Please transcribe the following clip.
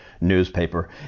newspaper